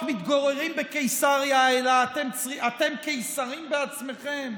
מתגוררים בקיסריה אלא אתם קיסרים בעצמכם,